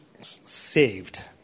saved